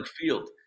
field